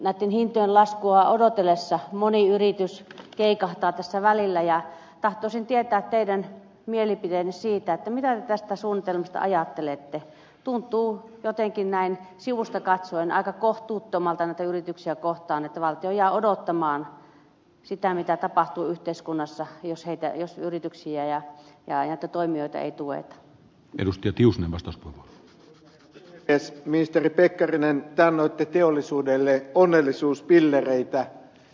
nätin hinta on laskua odotellessa moni yritys keikahtaa tässä välillä ja tahtoisin tietää teidän mielipiteenne siitä mitä tästä suunnitelmasta ajattelette tuntuu jotenkin näin sivusta katsoen aika kohtuuttomalta että yrityksiä kohtaan että valtio jää odottamaan sitä mitä tapahtuu yhteiskunnassa jos heitä jos yrityksiä ja jäi hätätoimia ettei tuet rusketius vasta kes ministeri pekkarinen te annoitte teollisuudelle onnellisuuspillereitä